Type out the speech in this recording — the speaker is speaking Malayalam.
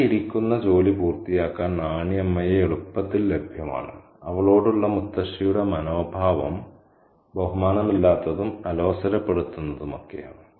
അരി ഇടിക്കുന്ന ജോലി പൂർത്തിയാക്കാൻ നാണി അമ്മയെ എളുപ്പത്തിൽ ലഭ്യമാണ് അവളോടുള്ള മുത്തശ്ശിയുടെ മനോഭാവം ബഹുമാനമില്ലാത്തതും അലോസരപ്പെടുത്തുന്നതും ഒക്കെയാണ്